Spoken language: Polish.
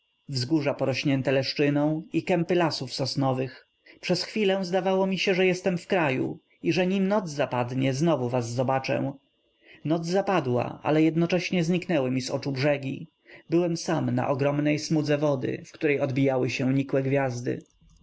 wzgórza porośnięte leszczyną i kępy lasów sosnowych przez chwilę zdawało mi się że jestem w kraju i że nim noc zapadnie znowu was zobaczę noc zapadła ale jednocześnie zniknęły mi z oczu brzegi byłem sam na ogromnej smudze wody w której odbijały się nikłe gwiazdy